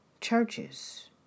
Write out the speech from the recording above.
churches